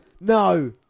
No